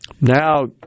Now